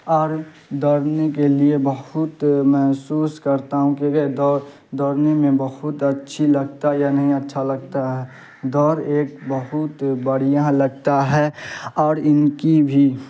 اور دوڑنے کے لیے بہت محسوس کرتا ہوں کیونکہ دوڑ دوڑنے میں بہت اچھی لگتا ہے یا نہیں اچھا لگتا ہے دوڑ ایک بہت بڑھیا لگتا ہے اور ان کی بھی